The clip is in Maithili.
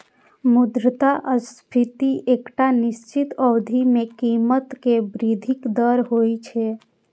मुद्रास्फीति एकटा निश्चित अवधि मे कीमत मे वृद्धिक दर होइ छै